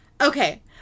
okay